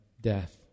death